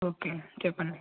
okay చెప్పండి